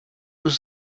was